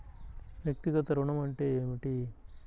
వ్యక్తిగత ఋణం అంటే ఏమిటి?